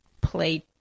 play